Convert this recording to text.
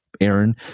Aaron